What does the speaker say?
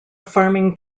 farming